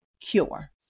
cure